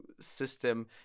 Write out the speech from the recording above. system